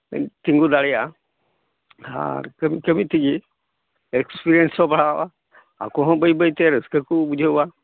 ᱛᱤᱸᱜᱩ ᱫᱟᱲᱮᱭᱟᱜᱼᱟ ᱟᱨ ᱠᱟᱹᱢᱤ ᱠᱟᱹᱢᱤ ᱛᱮᱜᱮ ᱮᱠᱥᱯᱨᱤᱭᱮᱱᱥ ᱦᱚᱸ ᱵᱟᱲᱦᱟᱣᱚᱜᱼᱟ ᱟᱠᱚ ᱦᱚᱸ ᱵᱟᱹᱭ ᱵᱟᱹᱭ ᱛᱮ ᱨᱟᱹᱥᱠᱟᱹ ᱠᱚ ᱵᱩᱡᱷᱟᱹᱣᱟ